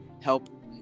help